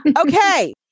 Okay